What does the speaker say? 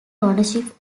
ownership